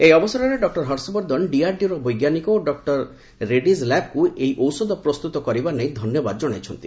ଏହି ଅବସରରେ ଡକୁର ହର୍ଷବର୍ଦ୍ଧନ ଡିଆର୍ଡିଓର ବୈଜ୍ଞାନିକ ଏବଂ ଡକ୍ଟର ରେଡି ଲ୍ୟାବ୍କୁ ଏହି ଔଷଧ ପ୍ରସ୍ତୁତ କରିବା ନେଇ ଧନ୍ୟବାଦ ଜଣାଇଛନ୍ତି